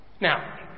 Now